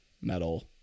Metal